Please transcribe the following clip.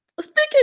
speaking